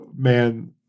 Man